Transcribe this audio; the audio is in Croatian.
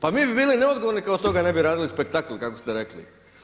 Pa mi bi bili neodgovorni kada od toga ne bi radili spektakl kako ste rekli.